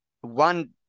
One